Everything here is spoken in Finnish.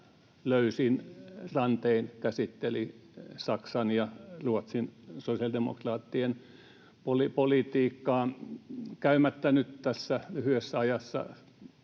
löysin rantein käsitteli Saksan ja Ruotsin sosiaalidemokraattien politiikkaa. Käymättä nyt tässä lyhyessä ajassa